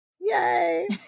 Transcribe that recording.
yay